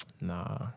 nah